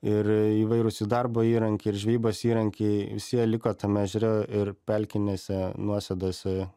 ir įvairūs jų darbo įrankiai ir žvejybos įrankiai liko tame ežere ir pelkinėse nuosėdose